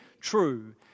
true